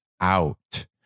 out